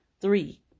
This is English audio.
Three